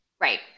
Right